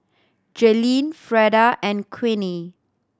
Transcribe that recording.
Jaylynn Freda and Queenie